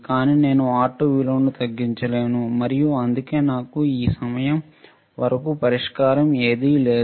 కానీ నేను R2 విలువను తగ్గించలేను మరియు అందుకే నాకు ఈ సమయం వరకు పరిష్కారం ఏదీ లేదు